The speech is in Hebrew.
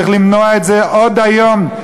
צריך למנוע את זה עוד היום.